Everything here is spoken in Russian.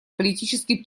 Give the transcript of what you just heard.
политический